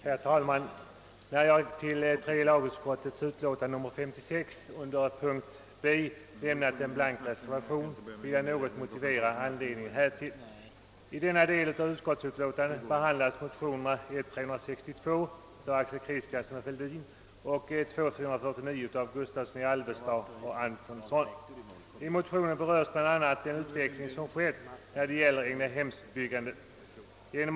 Herr talman! Eftersom jag lämnat en blank reservation vid punkten B i utskottets hemställan, vill jag något motivera anledningen härtill. I denna del av utskottets utlåtande behandlas motionerna nr I: 362 av herrar Axel Kristiansson och Fälldin samt nr II: 449 av herrar Gustavsson i Alvesta och Antonsson. I motionerna berörs bl.a. den ut veckling som ägt rum i fråga om egnahemsbyggandet.